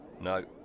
No